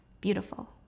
beautiful